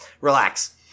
relax